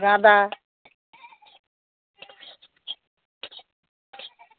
গাঁদা